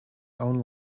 own